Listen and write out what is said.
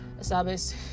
sabes